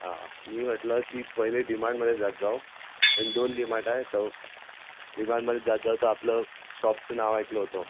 हा मी म्हटलं की पहिले डी मार्टमध्ये जात जाऊ पण दोन डी मार्ट आहेत तो डी मार्टमध्ये जात जाऊ तर आपलं शॉपचं नाव ऐकलं होतं